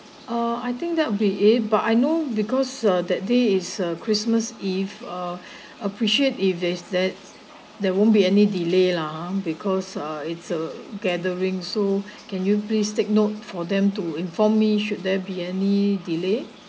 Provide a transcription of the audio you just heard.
uh I think that would be a but I know because uh that day is a christmas eve uh appreciate if there is there there won't be any delay lah ah because uh it's a gathering so can you please take note for them to inform me should there be any delay